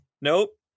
Nope